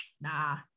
nah